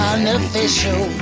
Unofficial